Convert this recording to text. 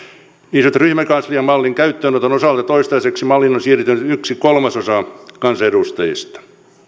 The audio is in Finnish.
niin sanotun ryhmäkanslian mallin käyttöönoton osalta toistaiseksi malliin on siirtynyt yksi kolmasosa kansanedustajista